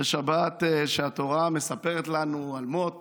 זאת שבת שהתורה מספרת לנו על מות